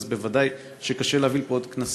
אז ודאי שקשה להביא לפה עוד כנסים.